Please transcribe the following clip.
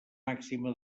màxima